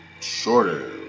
shorter